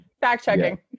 Fact-checking